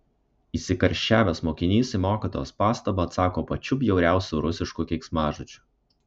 įsikarščiavęs mokinys į mokytojos pastabą atsako pačiu bjauriausiu rusišku keiksmažodžiu